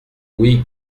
oui